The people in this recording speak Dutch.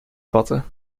vatten